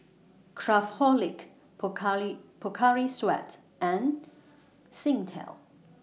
Craftholic Pocari Sweat and Singtel